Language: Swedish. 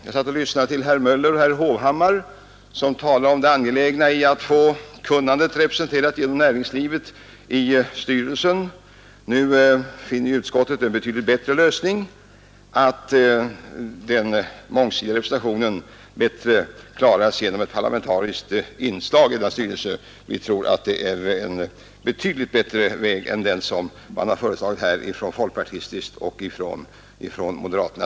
Jag lyssnade till herr Möller i Göteborg och herr Hovhammar, som talade om det angelägna i att få kunnandet representerat i konsumentverkets styrelse genom näringslivet. Nu finner utskottet en betydligt bättre lösning, nämligen att den mångsidigare representationen bäst säkras genom ett parlamentariskt inslag i styrelsen. Vi tror att det är en avsevärt bättre väg än den som har föreslagits av folkpartisterna och moderaterna.